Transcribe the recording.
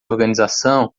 organização